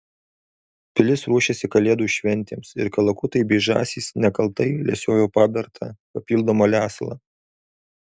pilis ruošėsi kalėdų šventėms ir kalakutai bei žąsys nekaltai lesiojo pabertą papildomą lesalą